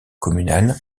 communal